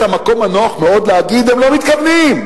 המקום הנוח מאוד להגיד: הם לא מתכוונים,